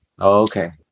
Okay